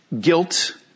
Guilt